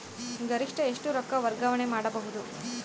ಗರಿಷ್ಠ ಎಷ್ಟು ರೊಕ್ಕ ವರ್ಗಾವಣೆ ಮಾಡಬಹುದು?